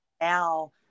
now